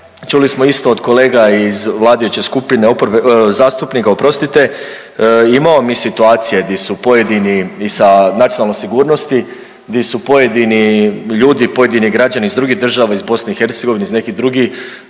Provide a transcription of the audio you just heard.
čuli smo isto od kolege iz vladajuće skupine, oporbe, zastupnika, oprostite, imamo mi situacije di su pojedini i sa nacionalnom sigurnosti di su pojedini ljudi, pojedini građani iz drugih država, iz BiH, iz nekih drugih